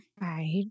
Right